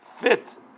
fit